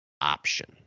option